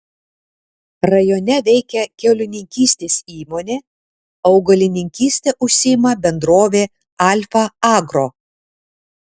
rajone veikia kiaulininkystės įmonė augalininkyste užsiima bendrovė alfa agro